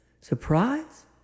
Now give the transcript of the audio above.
Surprise